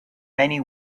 many